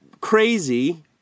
crazy